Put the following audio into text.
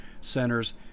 centers